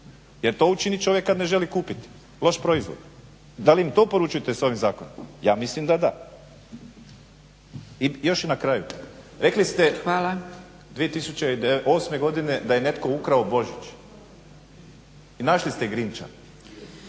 jer to čovjek učini kada ne želi kupiti loš proizvod. Da li im to poručujete s ovim zakonom? Ja mislim da da. I još nakraju rekli ste … /Upadica: Hvala./ … 2008.godine da je netko ukrao Božić i našli ste Grinča.